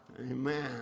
Amen